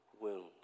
wounds